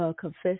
Confess